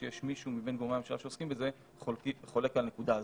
שיש מישהו מבין גורמי הממשלה שעוסקים בזה חולק על הנקודה הזאת.